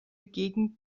gegen